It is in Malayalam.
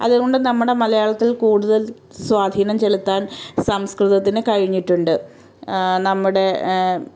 അതുകൊണ്ട് നമ്മുടെ മലയാളത്തിൽ കൂടുതൽ സ്വാധീനം ചെലുത്താൻ സംസ്കൃതത്തിന് കഴിഞ്ഞിട്ടുണ്ട് നമ്മുടെ